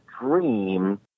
dream